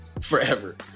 forever